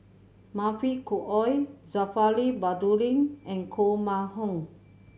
Mavis Khoo Oei Zulkifli Baharudin and Koh Mun Hong